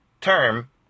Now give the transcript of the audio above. term